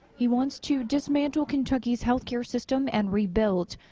he wants to dismatle kentucky's healthcare system and rebuild.